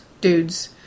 dudes